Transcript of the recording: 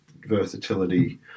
versatility